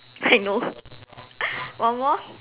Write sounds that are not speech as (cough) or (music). I know (breath) one more